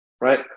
right